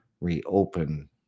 reopen